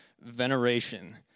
veneration